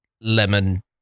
lemon